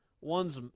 one's